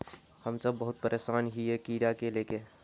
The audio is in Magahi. हम सब बहुत परेशान हिये कीड़ा के ले के?